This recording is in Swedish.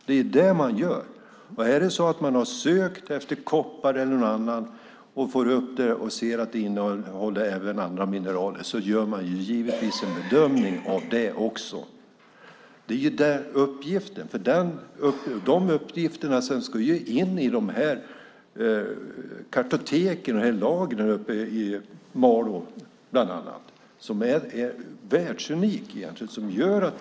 Det är det man gör. Och är det så att man har sökt efter koppar eller något annat och får upp det och ser att det även innehåller andra mineraler gör man givetvis en bedömning av dem också. Det är uppgiften. De uppgifterna ska sedan in i kartoteken och lagren uppe i Malå, bland annat. Detta är egentligen världsunikt.